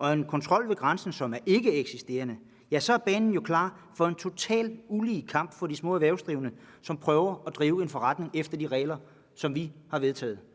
Med en kontrol ved grænsen, som er ikkeeksisterende, så er banen jo klar for en total ulige kamp for de små erhvervsdrivende, som prøver at drive en forretning efter de regler, som vi har vedtaget.